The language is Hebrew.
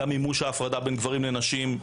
גם מימוש ההפרדה בין גברים ונשים,